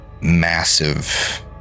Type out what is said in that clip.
massive